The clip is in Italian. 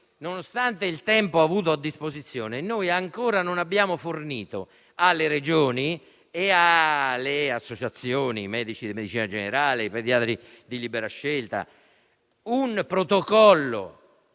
Nonostante il tempo avuto a disposizione ancora non abbiamo fornito alle Regioni, alle associazioni, ai medici di medicina generale e ai pediatri di libera scelta un protocollo